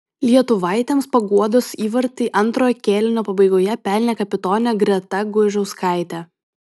lietuvaitėms paguodos įvartį antrojo kėlinio pabaigoje pelnė kapitonė greta guižauskaitė